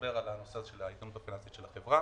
שמדבר על הנושא הזה של האיתנות הפיננסית של החברה.